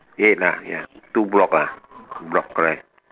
eight ah ya two block ah block correct